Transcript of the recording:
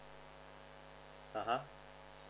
(uh huh)